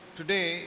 today